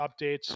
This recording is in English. updates